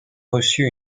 reçu